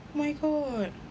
my god